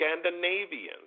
Scandinavians